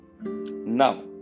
now